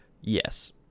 yes